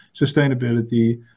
sustainability